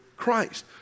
Christ